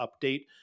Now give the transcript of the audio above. update